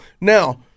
Now